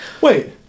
wait